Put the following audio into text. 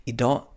Idag